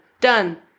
Done